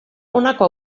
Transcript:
honako